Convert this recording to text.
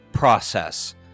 process